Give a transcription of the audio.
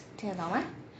听得懂吗